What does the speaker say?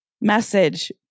message